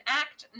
act